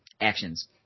actions